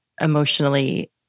emotionally